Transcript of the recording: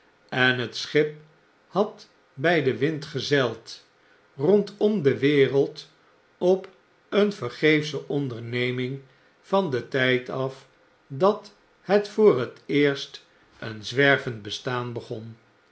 en het schip had bij den wind gezeild rondom de wereld op een vergeefsche onderneming van den tyd af dat het voor het eerst een zwervend bestaan begon